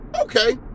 Okay